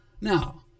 Now